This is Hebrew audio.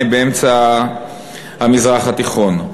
באמצע המזרח התיכון.